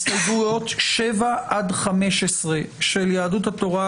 הסתייגויות 15-7 של יהדות התורה,